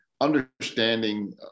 understanding